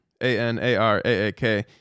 A-N-A-R-A-A-K